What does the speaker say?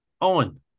Owen